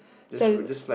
so